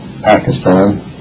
Pakistan